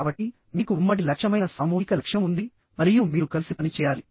కాబట్టి మీకు ఉమ్మడి లక్ష్యమైన సామూహిక లక్ష్యం ఉంది మరియు మీరు కలిసి పనిచేయాలి